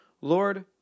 Lord